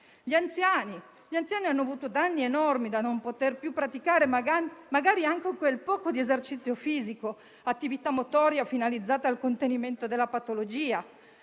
Gli anziani hanno avuto danni enormi dal non poter più praticare magari anche quel poco di esercizio fisico o attività motoria finalizzati al contenimento della patologia,